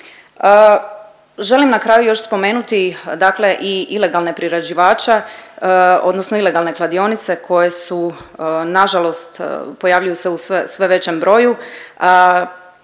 Želim na kraju još spomenuti dakle i ilegalne priređivače odnosno ilegalne kladionice koje su, nažalost pojavljuju se u sve, sve većem broju,